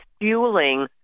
fueling